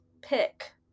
pick